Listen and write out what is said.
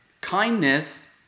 Kindness